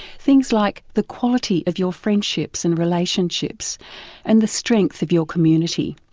things like the quality of your friendships and relationships and the strength of your community.